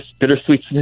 Bittersweet